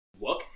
look